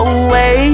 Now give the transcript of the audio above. away